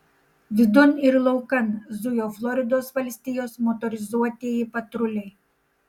vidun ir laukan zujo floridos valstijos motorizuotieji patruliai